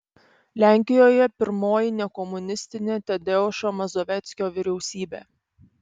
lenkijoje pirmoji nekomunistinė tadeušo mazoveckio vyriausybė